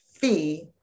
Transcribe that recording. fee